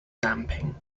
damping